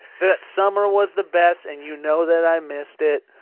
that summer was the best and you know that i missed it,